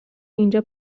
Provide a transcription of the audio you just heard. اینجا